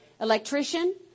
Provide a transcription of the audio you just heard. electrician